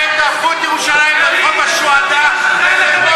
אתם תהפכו את ירושלים לרחוב השוהדא בחברון,